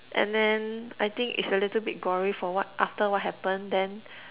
and then I think it's a little bit gory for what after what happen then